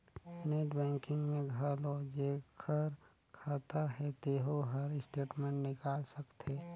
net banking में घलो जेखर खाता हे तेहू हर स्टेटमेंट निकाल सकथे